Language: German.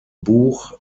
buch